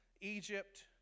Egypt